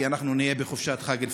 כי אנחנו נהיה בחופשת עיד אל-פיטר.